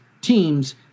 teams